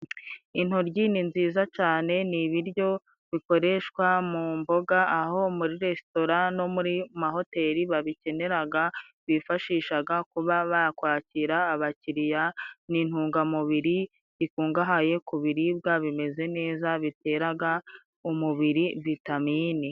Intoryi ni nziza cane, ni ibiryo bikoreshwa mu mboga aho muri resitora no muri mu mahoteli babikeneraga bifashishaga kuba bakwakira abakiriya, ni intungamubiri zikungahaye ku biribwa bimeze neza biteraraga umubiri vitamine.